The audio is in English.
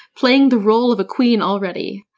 playing the role of a queen already.